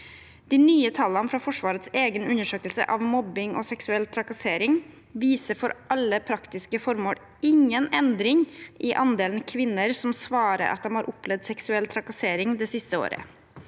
De nye tallene fra Forsvarets egen undersøkelse av mobbing og seksuell trakassering viser for alle praktiske formål ingen endring i andelen kvinner som svarer at de har opplevd seksuell trakassering det siste året.